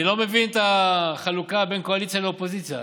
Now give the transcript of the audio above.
אני לא מבין את החלוקה בין קואליציה לאופוזיציה.